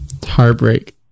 heartbreak